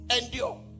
endure